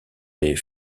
les